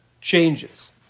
changes